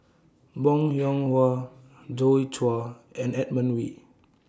Bong Hiong Hwa Joi Chua and Edmund Wee